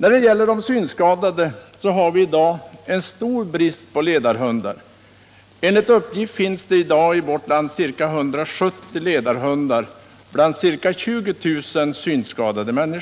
När det gäller de synskadade har vi i dag en stor brist på ledarhundar. Enligt uppgift finns det i dag ca 170 ledarhundar bland ca 20 000 synskadade.